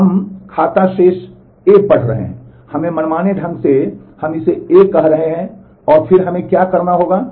हम खाता शेष ए पढ़ रहे हैं हमें मनमाने ढंग से हम इसे ए कह रहे हैं और फिर हमें क्या करना होगा